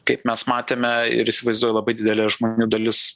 kaip mes matėme ir įsivaizduoju labai didelė žmonių dalis